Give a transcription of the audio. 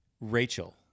Rachel